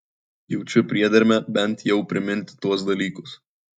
jaučiu priedermę bent jau priminti tuos dalykus